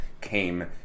came